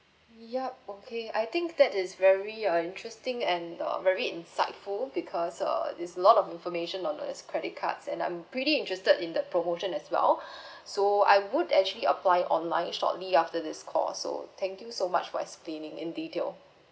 yup okay I think that is very uh interesting and um very insightful because err there's lot of information on these credit cards and I'm pretty interested in the promotion as well so I would actually apply online shortly after this call so thank you so much for explaining in detail